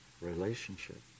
relationship